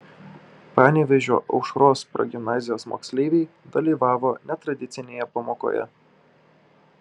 panevėžio aušros progimnazijos moksleiviai dalyvavo netradicinėje pamokoje